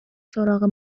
سراغ